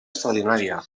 extraordinària